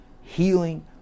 healing